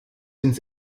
ins